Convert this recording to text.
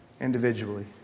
individually